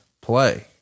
play